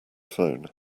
phone